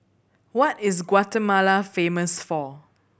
what is Guatemala famous for